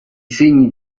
segni